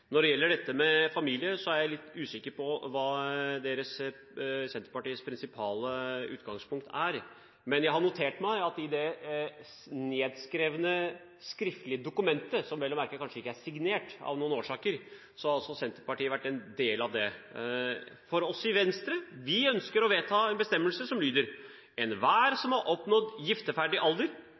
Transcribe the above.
Når det gjelder familien, er jeg usikker på hva Senterpartiets prinsipale utgangspunkt er. Men jeg har notert meg at Senterpartiet har vært en del av det nedskrevne, skriftlige dokumentet, som vel å merke av visse årsaker ikke er signert. I Venstre ønsker vi å vedta en bestemmelse som lyder: «Enhver som har oppnådd gifteferdig alder,